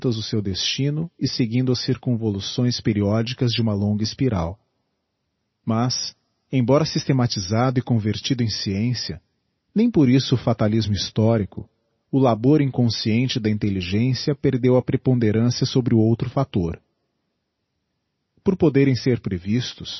o seu destino e seguindo as circumvoluções periódicas de uma longa espiral mas embora sjstematieado e convertido em sciencia nem por íeso o fatalismo histórico o labor inconsciente da intelligencia perdeu a preponderância sobre o outro factor por poderem ser previstos